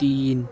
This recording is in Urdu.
تین